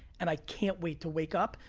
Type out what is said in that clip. and i can't wait to wake up,